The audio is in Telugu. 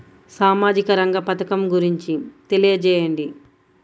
సామాజిక రంగ పథకం గురించి తెలియచేయండి?